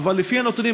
אבל לפי הנתונים,